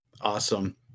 Awesome